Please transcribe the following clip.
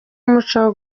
umuco